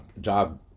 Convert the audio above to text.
job